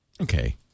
okay